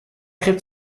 crypte